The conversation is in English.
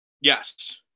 Yes